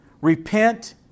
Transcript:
Repent